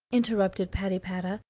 interrupted patypata,